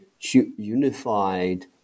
unified